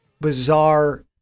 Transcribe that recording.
bizarre